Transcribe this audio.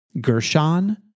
Gershon